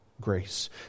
grace